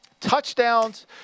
Touchdowns